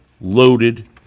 loaded